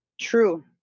true